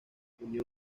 unión